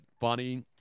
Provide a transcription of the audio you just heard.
funny